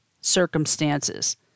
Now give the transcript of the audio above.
circumstances